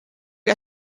got